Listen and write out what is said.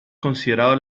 considerado